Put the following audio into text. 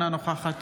אינה נוכחת